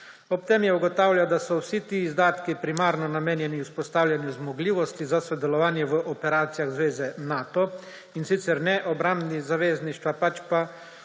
Ob tem je ugotavljal, da so vsi ti izdatki primarno namenjeni vzpostavljanju zmogljivosti za sodelovanje v operacijah zveze Nato, in sicer ne obrambi zavezništva, pač pa uresničevanju